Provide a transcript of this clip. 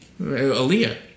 Aaliyah